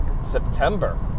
September